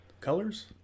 Colors